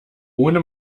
ohne